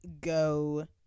go